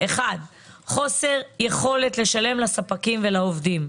1. חוסר יכולת לשלם לספקים ולעובדים,